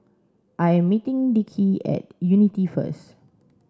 I am meeting Dickie at Unity first